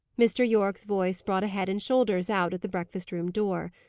mr. yorke's voice brought a head and shoulders out at the breakfast-room door.